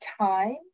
time